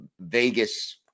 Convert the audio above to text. Vegas